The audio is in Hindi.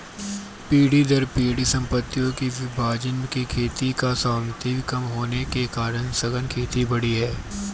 पीढ़ी दर पीढ़ी सम्पत्तियों के विभाजन से खेतों का स्वामित्व कम होने के कारण सघन खेती बढ़ी है